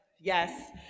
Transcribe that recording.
yes